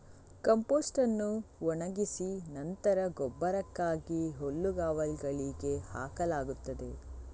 compost ಅನ್ನು ಒಣಗಿಸಿ ನಂತರ ಗೊಬ್ಬರಕ್ಕಾಗಿ ಹುಲ್ಲುಗಾವಲುಗಳಿಗೆ ಹಾಕಲಾಗುತ್ತದೆ